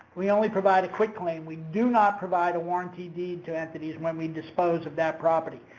we only provide a quitclaim. we do not provide a warranty deed to entities when we dispose of that property.